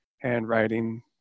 handwriting